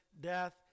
death